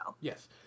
Yes